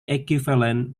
equivalent